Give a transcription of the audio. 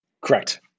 Correct